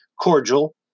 cordial